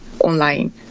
online